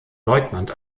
leutnant